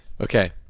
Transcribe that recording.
Okay